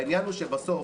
העניין הוא שבסוף